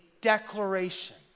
declaration